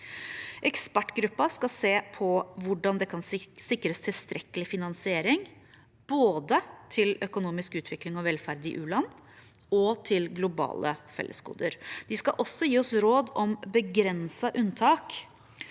Ekspertgruppen skal se på hvordan det kan sikres tilstrekkelig finansering både til økonomisk utvikling og velferd i u-land og til globale fellesgoder. De skal også gi oss råd om begrensede unntak